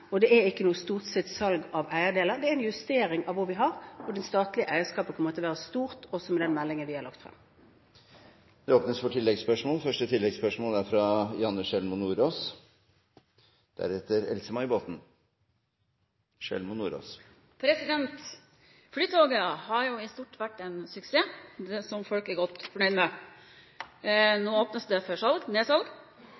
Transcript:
Det er ikke noe storstilt salg av eierdeler, det er en justering av hva vi har, og det statlige eierskapet kommer til å være stort også med den meldingen vi har lagt frem. Det åpnes for oppfølgingsspørsmål – først Janne Sjelmo Nordås. Flytoget har i stort vært en suksess som folk er godt fornøyd med.